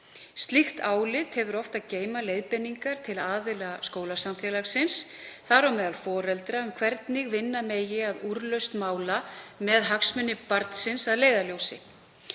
Slíkt álit hefur oft að geyma leiðbeiningar til aðila skólasamfélagsins, þar á meðal foreldra, um hvernig vinna megi að úrlausn mála með hagsmuni barns að leiðarljósi.